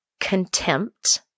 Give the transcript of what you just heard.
contempt